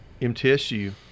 MTSU